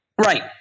Right